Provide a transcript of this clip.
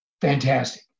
fantastic